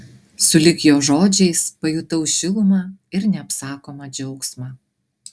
sulig jo žodžiais pajutau šilumą ir neapsakomą džiaugsmą